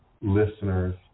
listeners